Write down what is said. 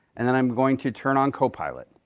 and then i'm going to turn on copilot.